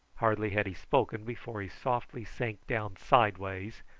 hardly had he spoken before he softly sank down sidewise,